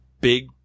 big